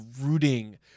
rooting